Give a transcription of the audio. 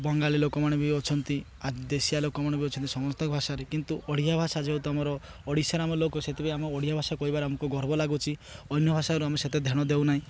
ବଙ୍ଗାଳୀ ଲୋକମାନେ ବି ଅଛନ୍ତି ଆଦେଶିଆ ଲୋକମାନେ ବି ଅଛନ୍ତି ସମସ୍ତଙ୍କ ଭାଷାରେ କିନ୍ତୁ ଓଡ଼ିଆ ଭାଷା ଯେହେତୁ ଆମର ଓଡ଼ିଶାର ଆମ ଲୋକ ସେଥିପାଇଁ ଆମ ଓଡ଼ିଆ ଭାଷା କହିବାର ଆମକୁ ଗର୍ବ ଲାଗୁଛି ଅନ୍ୟ ଭାଷାରୁ ଆମେ ସେତେ ଧ୍ୟାନ ଦେଉନାହିଁ